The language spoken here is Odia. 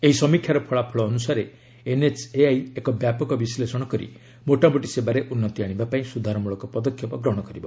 ଏହି ସମୀକ୍ଷାର ଫଳାଫଳ ଅନୁସାରେ ଏନ୍ଏଚ୍ଏଆଇ ଏକ ବ୍ୟାପକ ବିଶ୍ଳେଷଣ କରି ମୋଟାମୋଟି ସେବାରେ ଉନ୍ନତି ଆଣିବା ପାଇଁ ସୁଧାର ମୂଳକ ପଦକ୍ଷେପ ଗ୍ରହଣ କରିବ